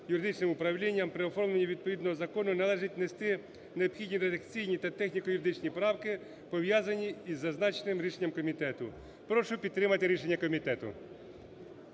юридичним управлінням при оформленні відповідного закону належить внести необхідні редакційні та техніко-юридичні правки, пов'язані із зазначеним рішенням комітету. Прошу підтримати рішення комітету.